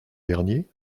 dernier